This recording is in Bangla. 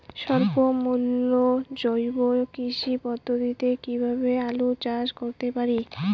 স্বল্প মূল্যে জৈব কৃষি পদ্ধতিতে কীভাবে আলুর চাষ করতে পারি?